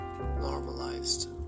Normalized